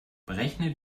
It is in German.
berechne